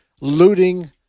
looting